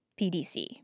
PDC